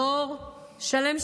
דור שלם,